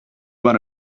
want